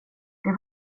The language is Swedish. var